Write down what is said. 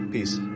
Peace